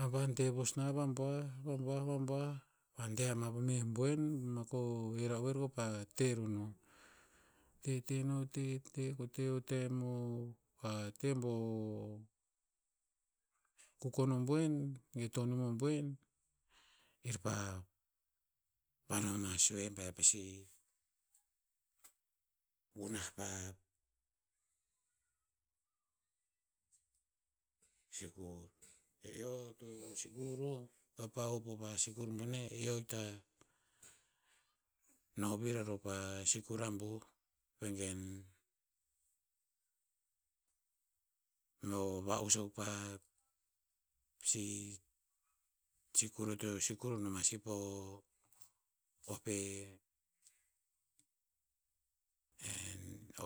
Eo pa de vos na vabuah- vabuah- vabuah pa de ama po meh boen ma ko he ra'oer kopa te ro no. Te te no te bo o kukon no boen ge tonium o boen kir pa vano ma sue be e pasi gunah pa sikur. E eoto sikur o, kopa- hop- o pa sikur bone, eo hikta no vir a ro pa sikur abuh. Vegen, va'us akuk pa si sikur eo to sikur o noma si po o pe-